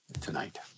tonight